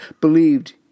believed